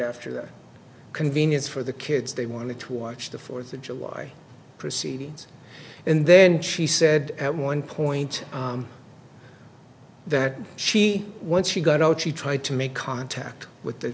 after the convenience for the kids they wanted to watch the fourth of july proceedings and then she said at one point that she once she got out she tried to make contact with the